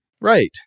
Right